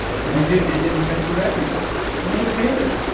and it didn't it didn't affect the record it made it better.